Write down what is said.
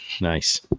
nice